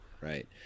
right